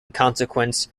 consequence